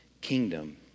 Kingdom